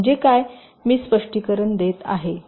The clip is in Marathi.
म्हणजे काय मी फक्त स्पष्टीकरण देत आहे